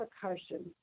percussion